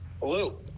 Hello